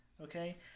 Okay